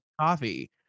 coffee